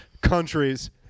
countries